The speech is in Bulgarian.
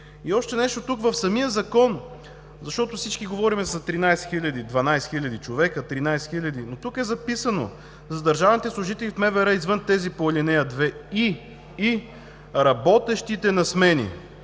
И още нещо, в самия Закон, защото всички говорим за 13 хиляди, 12 хиляди човека, 13 хиляди, но тук е записано: „за държавните служители в МВР извън тези по ал. 2 и работещите на смени